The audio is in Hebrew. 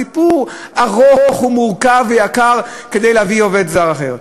כי זה סיפור ארוך ומורכב ויקר להביא עובד זר אחר.